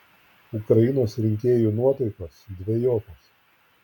ukrainos rinkėjų nuotaikos dvejopos